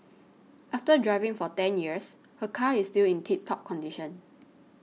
after driving for ten years her car is still in tip top condition